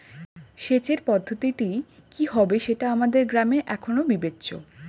সেচের পদ্ধতিটি কি হবে সেটা আমাদের গ্রামে এখনো বিবেচ্য